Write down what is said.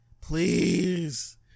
Please